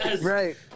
Right